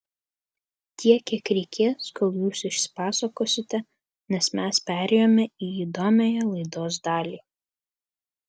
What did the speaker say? tiek kiek reikės kol jūs išsipasakosite nes mes perėjome į įdomiąją laidos dalį